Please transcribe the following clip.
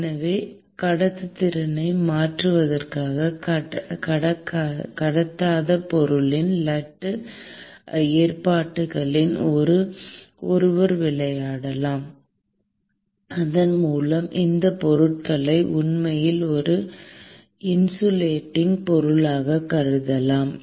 எனவே கடத்துத்திறனை மாற்றுவதற்காக கடத்தாத பொருளின் லட்டு ஏற்பாட்டுடன் ஒருவர் விளையாடலாம் அதன் மூலம் அந்த பொருட்களை உண்மையில் ஒரு இன்சுலேடிங் பொருளாகக் கருதலாம்